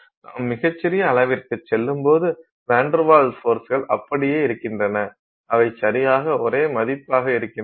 நாம் மிகச் சிறிய அளவிற்குச் செல்லும்போது வான் டெர் வால்ஸ் ஃபோர்ஸ்கள் அப்படியே இருக்கின்றன அவை சரியாக ஒரே மதிப்பாக இருக்கின்றன